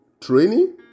training